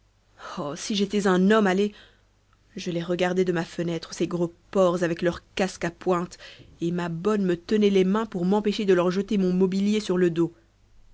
oh si j'étais un homme allez je les regardais de ma fenêtre ces gros porcs avec leur casque à pointe et ma bonne me tenait les mains pour m'empêcher de leur jeter mon mobilier sur le dos